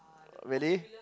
really